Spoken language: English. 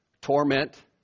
torment